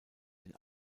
den